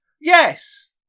Yes